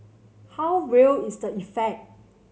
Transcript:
how real is the effect